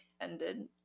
ended